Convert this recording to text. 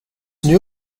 new